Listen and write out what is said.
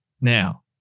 now